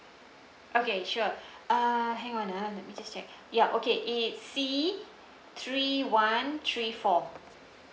okay sure uh hang on ah let me just check ya okay it's C three one three four